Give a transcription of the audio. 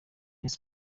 rayon